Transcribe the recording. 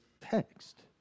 text